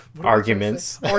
arguments